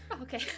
Okay